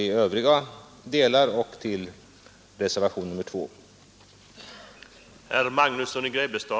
I övriga delar yrkar jag bifall till jordbruksutskottets hemställan.